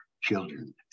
children